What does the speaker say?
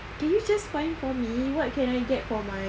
can you just find for me what can I get for my